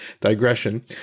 digression